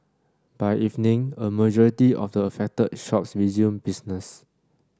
by evening a majority of the affected shops resumed business